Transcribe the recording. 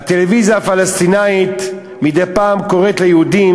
הטלוויזיה הפלסטינית מדי פעם קוראת ליהודים